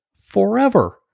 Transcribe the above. forever